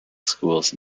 schools